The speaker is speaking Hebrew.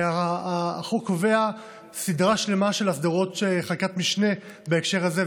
והחוק קובע סדרה שלמה של הסדרות של חקיקת משנה בהקשר הזה,